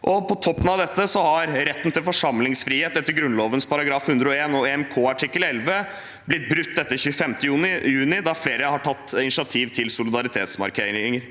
På toppen av dette har retten til forsamlingsfrihet etter Grunnloven § 101 og EMK-artikkel 11 blitt brutt etter 25. juni, når flere har tatt initiativ til solidaritetsmarkeringer.